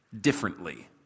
differently